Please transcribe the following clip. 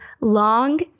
long